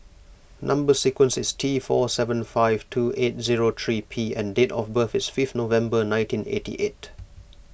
Number Sequence is T four seven five two eight zero three P and date of birth is fifth November nineteen eighty eight